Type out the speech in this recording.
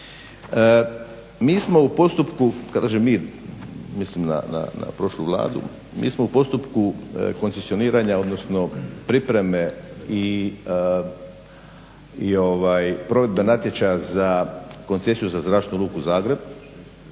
Mi smo u postupku, kad kažem mi mislim na prošlu Vladu, mi smo u postupku koncesioniranja odnosno pripreme i provedbe natječaja za koncesiju za Zračnu luku Zagreb